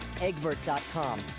egbert.com